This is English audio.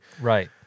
Right